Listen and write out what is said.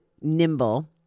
nimble